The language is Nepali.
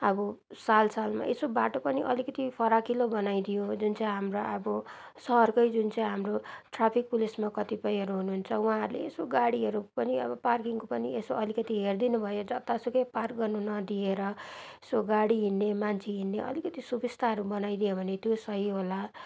अब साल सालमा यसो बाटो पनि अलिकति फराकिलो बनाइदियो जुन चाहिँ हाम्रो अब सहरको जुन चाहिँ हाम्रो ट्राफिक पुलिसमा कतिपयहरू हुनु हुन्छ उहाँहरूले यसो गाडीहरूको पनि अब पार्किङको पनि यसो अलिकति हेरिदिनु भयो जतासुकै पार्क गर्नु नदिएर यसो गाडी हिँड्ने मान्छे हिँड्ने अलिकति सुबिस्ताहरू बनाइदियो भने त्यो सही होला